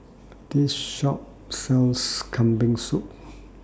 This Shop sells Kambing Soup